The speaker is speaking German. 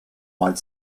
mal